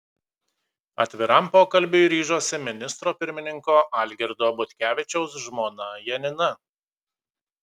atviram pokalbiui ryžosi ministro pirmininko algirdo butkevičiaus žmona janina